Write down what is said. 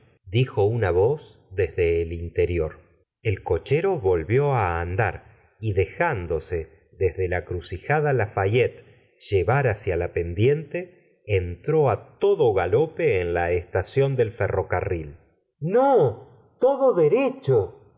dijo una voz desde el interior el cochero volvio á andar y dejándose desde la encrucijada la fayette llevar hacia la pendiente entró á todo galope en la estación del ferrocarril no todo derecho